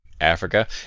Africa